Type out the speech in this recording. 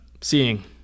seeing